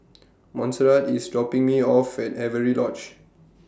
Montserrat IS dropping Me off At Avery Lodge